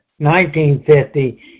1950